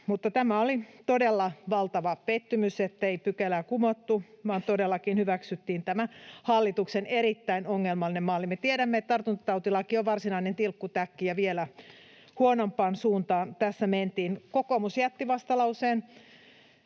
tämä oli todella valtava pettymys, ettei pykälää kumottu vaan todellakin hyväksyttiin tämä hallituksen erittäin ongelmallinen malli. Me tiedämme, että tartuntatautilaki on varsinainen tilkkutäkki, ja vielä huonompaan suuntaan tässä mentiin. Kokoomus jätti vastalauseen